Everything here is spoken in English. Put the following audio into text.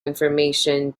information